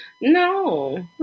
No